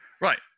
Right